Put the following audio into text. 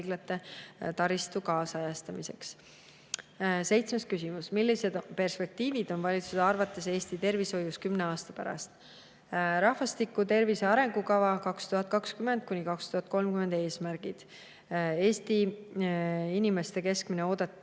taristu kaasajastamiseks. Seitsmes küsimus: "Millised perspektiivid on valitsuse arvates Eesti tervishoius 10 aasta pärast?" Rahvastiku tervise arengukava 2020–2030 eesmärgid [on järgmised]. Eesti inimeste keskmine oodatav